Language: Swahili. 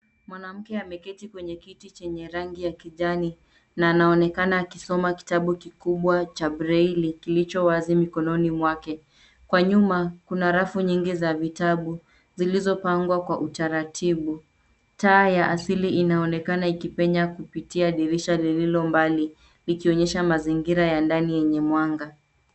Mwanamke ameketi kwenye kiti chenye rangi ya kijani na anaonekana akisoma kitabu kikubwa cha braille kilicho wazi mikononi mwake. Kwa nyuma, kuna rafu nyingi za vitabu zilizopangwa kwa utaratibu. Taa ya asili inaonekana ikipenya kupitia dirisha lililo mbali likionyesha mazingira ya ndani yenye mwanga.